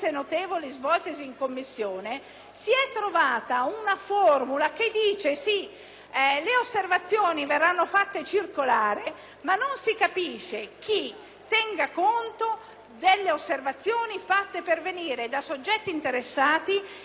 le osservazioni verranno fatte circolare, ma non si capisce chi tenga conto delle osservazioni fatte pervenire da soggetti interessati. Non parlo solo dei privati interessati, ma anche di tutti i soggetti pubblici.